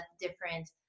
different